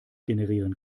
generieren